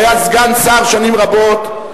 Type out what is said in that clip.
שהיה סגן שר שנים רבות,